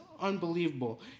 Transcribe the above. unbelievable